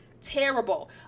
Terrible